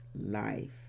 life